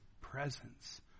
presence